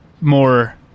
more